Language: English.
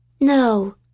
No